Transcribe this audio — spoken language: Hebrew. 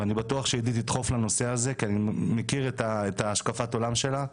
ואני בטוח שעידית תדחוף לנושא הזה כי אני מכיר את השקפת העולם שלה,